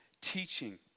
teaching